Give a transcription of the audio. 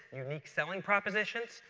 unique selling propositions,